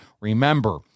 Remember